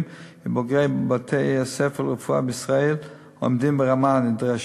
ובוגרי בתי-הספר לרפואה בישראל עומדים ברמה הנדרשת,